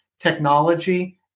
technology